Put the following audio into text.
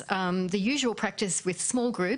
משום שהפרקטיקה הנהוגה עם קבוצות קטנות,